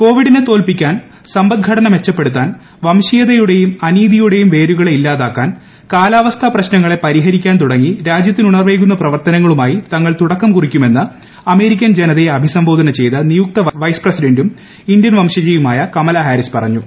കോവിഡിനെ തോൽപ്പിക്കാൻ സമ്പദ് ഘടന മെച്ചപ്പെടുത്താൻ വംശീയതയുടെയും അനീതിയുടെയും വേരുകളെ ഇല്ലാതാക്കാൻ കാലാവസ്ഥാ പ്രശ്നങ്ങളെ പരിഹരിക്കാൻ തുടങ്ങി രാജ്യത്തിനു ഉണർവേകുന്ന പ്രവർത്തനങ്ങളുമായി തങ്ങൾ തുടക്കം കുറിക്കുമെന്ന് അമേരിക്കൻ ജനതയെ അഭിസംബോധന ചെയ്തു നിയുക്ത വൈസ് പ്രസിഡന്റും ഇന്ത്യൻ വംശജയുമായ കമലാ ഹാരിസ് പറഞ്ഞു